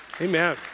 Amen